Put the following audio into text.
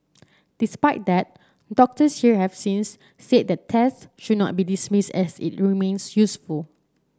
despite that doctors here have since said that test should not be dismissed as it remains useful